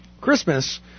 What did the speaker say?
Christmas